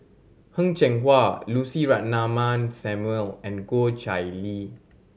Heng Cheng Hwa Lucy Ratnammah Samuel and Goh Chiew Lye